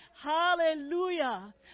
Hallelujah